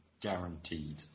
guaranteed